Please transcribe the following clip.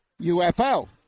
UFO